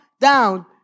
down